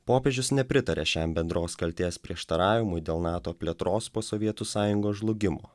popiežius nepritarė šiam bendros kaltės prieštaravimui dėl nato plėtros po sovietų sąjungos žlugimo